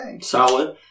Solid